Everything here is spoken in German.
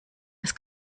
als